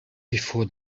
before